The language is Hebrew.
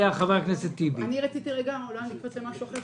רציתי לעבור למשהו אחר,